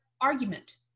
argument